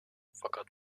fakat